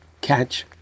catch